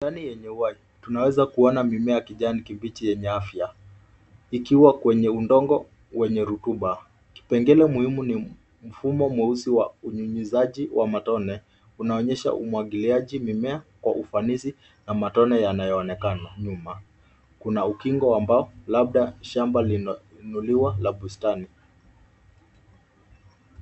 Bustani yenye uhai. Tunaweza kuona mimea ya kijani kibichi yenye afya, ikiwa kwenye udongo wenye rutuba pengine muhimu ni mfumo mweusi wa unyunyizaji wa matone, unaoonyesha umwagiliaji mimea kwa ufanisi na matone yanayoonekana. Nyuma kuna ukingo wa mbao labda shamba lililoinuliwa la bustani.